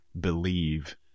believe